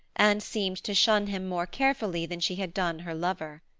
and seemed to shun him more carefully than she had done her lover.